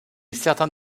certains